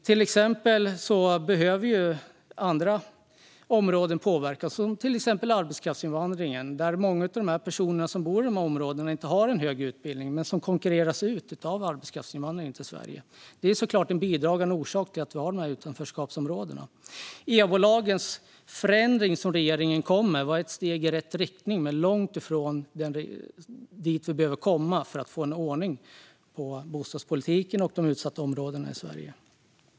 Till exempel behöver andra områden påverkas, såsom arbetskraftsinvandringen. Många av de personer som bor i de utsatta områdena har ingen hög utbildning och konkurreras ut av arbetskraftsinvandringen till Sverige. Detta är såklart en bidragande orsak till att vi har utanförskapsområden. EBO-lagens förändring, som regeringen kom med, var ett steg i rätt riktning, men det var långt ifrån det vi behövde för att få ordning på bostadspolitiken och de utsatta områdena i Sverige.